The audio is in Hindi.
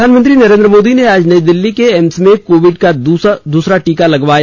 प्रधानमंत्री नरेन्द्र मोदी ने आज नई दिल्ली के एम्स में कोविड का दूसरा टीका लगवाया